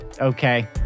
Okay